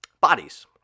bodies